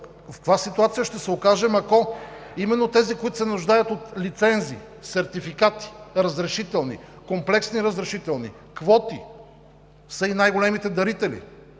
В каква ситуация ще се окажем, ако именно тези, които се нуждаят от лицензи, сертификати, разрешителни, комплексни разрешителни, квоти, са и най-големите дарители?